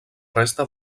resta